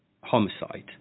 homicide